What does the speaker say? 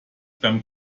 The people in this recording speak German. beim